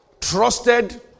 Trusted